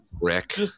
rick